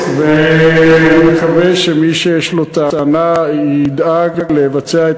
ונקווה שמי שיש לו טענה ידאג לבצע את